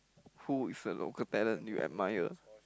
who is the local talent you admire